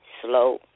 slow